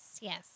yes